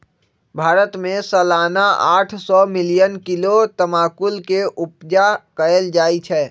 भारत में सलाना आठ सौ मिलियन किलो तमाकुल के उपजा कएल जाइ छै